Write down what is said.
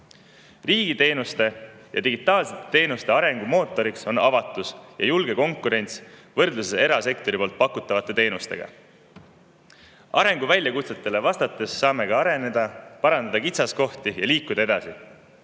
Riigiteenuste ja digitaalsete teenuste arengu mootor on avatus ja julge konkurents võrreldes erasektori pakutavate teenustega. Arenguväljakutsetele vastates saamegi areneda, [leevendada] kitsaskohti ja liikuda edasi.